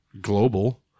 global